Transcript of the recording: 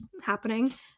happening